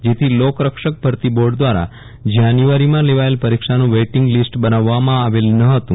જેથી લોકરક્ષક ભરતી બોર્ડ દ્વારા જાન્યુઆરીમાં લેવાયેલ પરીક્ષાનું વેઇટીંગ લીસ્ટ બનાવવામાં આવેલ ન હતું